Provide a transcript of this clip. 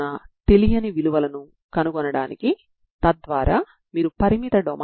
కాబట్టి ఇక్కడ మీరు చేయాల్సింది పరిష్కారాన్ని కనుగొనడం మాత్రమే